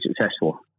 successful